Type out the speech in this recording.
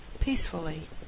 peacefully